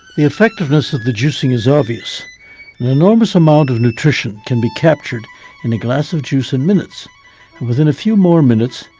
the effectiveness of the juicing is obvious. an enormous amount of nutrition can be captured in a glass of juice in minutes and in a few more minutes,